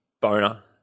boner